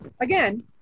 again